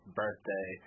birthday